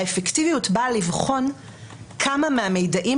האפקטיביות באה לבחון כמה מהמידעים